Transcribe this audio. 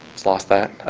just lost that.